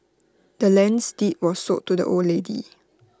the land's deed was sold to the old lady